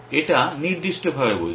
এটা নির্দিষ্টভাবে বলছে